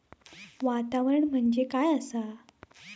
वातावरण म्हणजे काय असा?